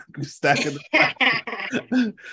stacking